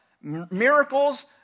miracles